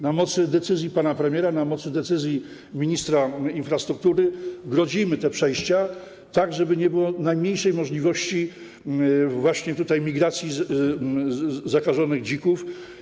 Na mocy decyzji pana premiera, na mocy decyzji ministra infrastruktury grodzimy te przejścia, tak żeby nie było najmniejszej możliwości migracji zakażonych dzików.